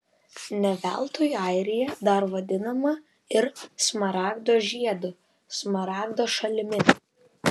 ne veltui airija dar vadinama ir smaragdo žiedu smaragdo šalimi